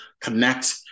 connect